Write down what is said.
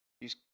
Use